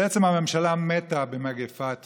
בעצם, הממשלה מתה במגפת